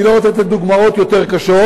אני לא רוצה לתת דוגמאות יותר קשות,